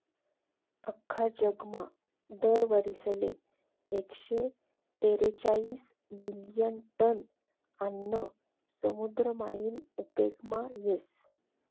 आख्खा जगमा दर वरीसले एकशे तेरेचायीस मिलियन टन आन्न समुद्र मायीन उपेगमा येस